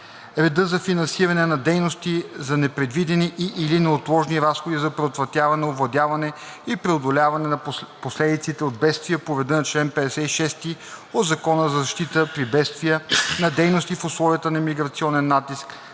реда за финансиране на дейности за непредвидени и/или неотложни разходи за предотвратяване, овладяване и преодоляване на последиците от бедствия по реда на чл. 56 от Закона за защита при бедствия, на дейности в условията на миграционен натиск,